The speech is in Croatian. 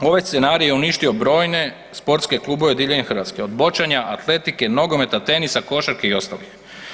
Ovaj scenarij je uništio brojne sportske klubove diljem Hrvatske od boćanja, atletike, nogometa, tenisa, košarke i ostalih.